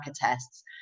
tests